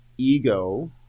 ego